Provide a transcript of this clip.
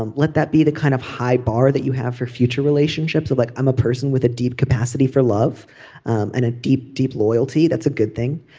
um let that be the kind of high bar that you have for future relationships. like i'm a person with a deep capacity for love and a deep deep loyalty. that's a good thing.